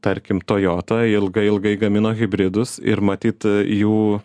tarkim toyota ilgai ilgai gamino hibridus ir matyt jų